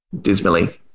Dismally